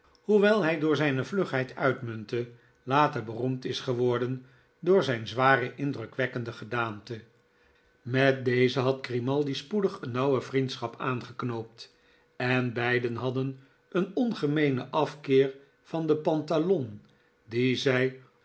hoewel hij door zijne vlugheid uitmuntte later beroemd is geworden door zijne zware en indrukwekkende gedaante met dezen had grimaldi spoedig eene nauwe vriendschap aangeknoopt en beiden hadden een ongemeenen afkeer van den pantalon die zij